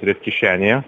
turėt kišenėje